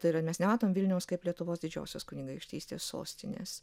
tai yra mes nematom vilniaus kaip lietuvos didžiosios kunigaikštystės sostinės